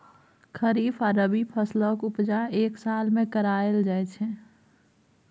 खरीफ आ रबी फसलक उपजा एक साल मे कराएल जाइ छै